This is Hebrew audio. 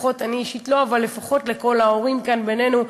לפחות כל ההורים כאן בינינו,